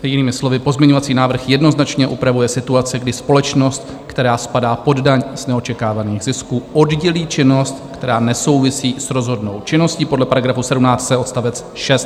Jinými slovy, pozměňovací návrh jednoznačně upravuje situaci, kdy společnost, která spadá pod daň z neočekávaných zisků, oddělí činnost, která nesouvisí s rozhodnou činností podle § 17c odst. 6.